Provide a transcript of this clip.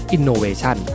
Innovation